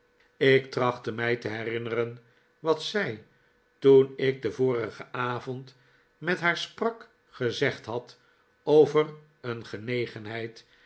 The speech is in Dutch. ik trachtte mij te herinneren wat zij toen ik den vorigen avond met haar sprak gezegd had over een genegenheid